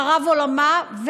חרב עולמה,